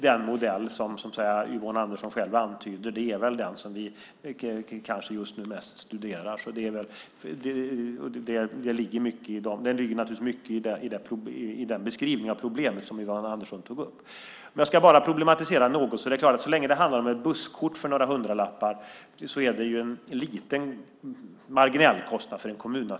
Den modell som Yvonne Andersson själv antyder är väl den vi kanske mest studerar just nu. Det ligger naturligtvis mycket i den beskrivning av problemet som Yvonne Andersson gav. Om jag bara ska problematisera något är det klart att så länge det handlar om ett busskort för några hundralappar är det naturligtvis en marginell kostnad för en kommun.